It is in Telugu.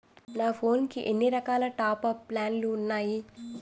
నా ఫోన్ కి ఎన్ని రకాల టాప్ అప్ ప్లాన్లు ఉన్నాయి?